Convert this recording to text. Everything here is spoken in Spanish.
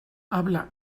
habla